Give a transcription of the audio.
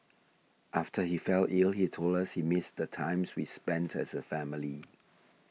after he fell ill he told us he missed the times we spent as a family